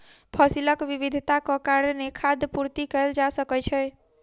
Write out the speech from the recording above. फसीलक विविधताक कारणेँ खाद्य पूर्ति कएल जा सकै छै